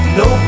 no